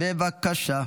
אינה נוכחת,